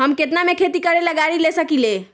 हम केतना में खेती करेला गाड़ी ले सकींले?